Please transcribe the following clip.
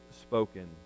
spoken